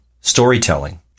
storytelling